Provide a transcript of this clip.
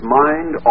mind